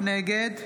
נגד